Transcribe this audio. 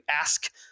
ask